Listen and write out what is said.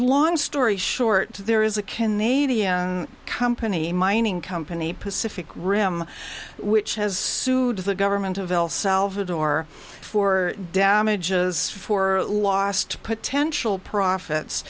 long story short there is a canadian company a mining company pacific rim which has sued the government of el salvador for damages for lost potential profits